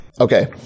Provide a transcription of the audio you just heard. Okay